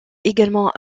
également